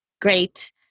great